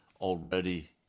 already